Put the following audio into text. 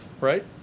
right